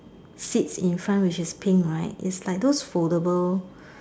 seats in front which is pink right it's like those foldable